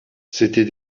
c’était